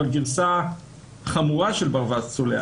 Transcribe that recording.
אבל גרסה חמורה של ברווז צולע,